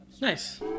Nice